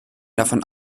davon